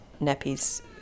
nappies